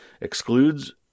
excludes